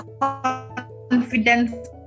confidence